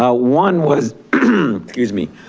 ah one was, excuse me,